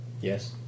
Yes